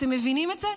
אתם מבינים את זה?